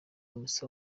musa